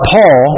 Paul